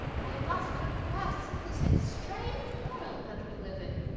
i must confess this is a strange world that we live in.